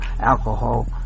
alcohol